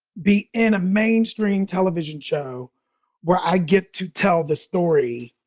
be in a mainstream television show where i get to tell the story